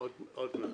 עוד מעט.